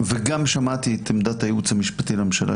וגם שמעתי את עמדת הייעוץ המשפטי לממשלה,